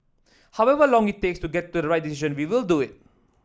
however long it takes to get to the right decision we will do it